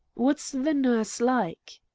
what's the nurse like?